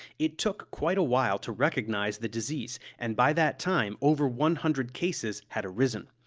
it took quite a while to recognize the disease, and by that time over one hundred cases had arisen.